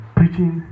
preaching